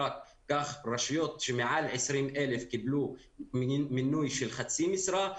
כך רשויות שמעל 20,000 קיבלו מינוי של חצי משרה,